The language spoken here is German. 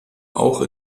auch